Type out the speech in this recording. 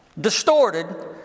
distorted